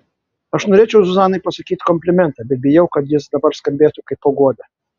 aš norėčiau zuzanai pasakyti komplimentą bet bijau kad jis dabar skambėtų kaip paguoda